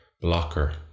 blocker